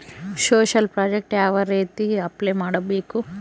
Social project ಯಾವ ರೇತಿ apply ಮಾಡಬೇಕು?